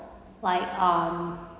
like um